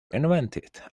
invented